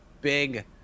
big